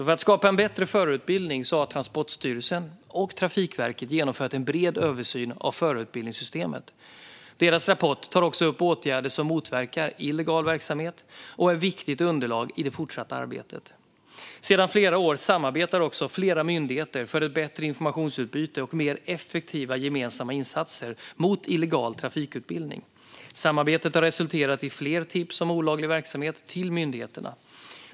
För att skapa en bättre förarutbildning har Transportstyrelsen och Trafikverket genomfört en bred översyn av förarutbildningssystemet. Deras rapport tar också upp åtgärder som motverkar illegal verksamhet och är ett viktigt underlag i det fortsatta arbetet. Sedan flera år samarbetar också flera myndigheter för ett bättre informationsutbyte och mer effektiva gemensamma insatser mot illegal trafikutbildning. Samarbetet har resulterat i fler tips om olaglig verksamhet till myndigheterna.